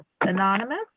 Anonymous